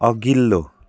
अघिल्लो